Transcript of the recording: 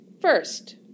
First